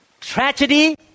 tragedy